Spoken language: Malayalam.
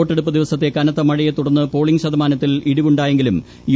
വോട്ടെടുപ്പ് ദിവസത്തെ കനത്ത മഴയെ തുടർന്ന് പോളിംഗ് ശതമാനത്തിൽ ഇടിവുണ്ടായെങ്കിലും യു